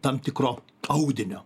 tam tikro audinio